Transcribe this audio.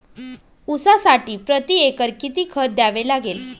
ऊसासाठी प्रतिएकर किती खत द्यावे लागेल?